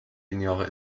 lineare